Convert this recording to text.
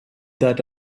that